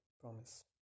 Promise